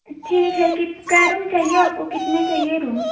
ठीक है क्या रूम चाहिए आपको कितने चाहिए रूम